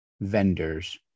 vendors